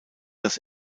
das